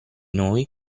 noi